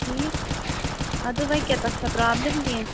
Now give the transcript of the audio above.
ٹھیٖک اَدٕ وۄنۍ کیاہ تَتھ چھا پرابلٕم کیٚنٛہہ